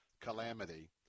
calamity